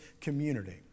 community